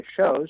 shows